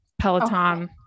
Peloton